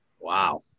Wow